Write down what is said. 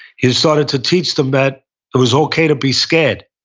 you started to teach them that it was okay to be scared.